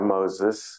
Moses